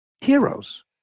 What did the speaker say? Heroes